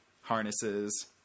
harnesses